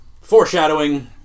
Foreshadowing